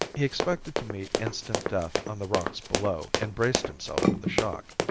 he expected to meet instant death on the rocks below and braced himself for the shock.